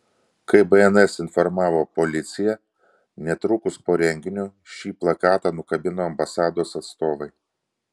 kaip bns informavo policija netrukus po renginio šį plakatą nukabino ambasados atstovai